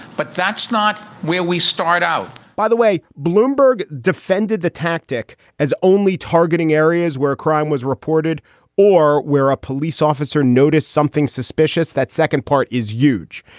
but that's not when we start out, by the way bloomberg defended the tactic as only targeting areas where crime was reported or where a police officer noticed something suspicious. that second part is euge,